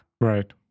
right